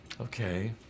Okay